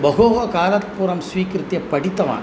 बहुः कालात् पूर्वं स्वीकृत्य पठितवान्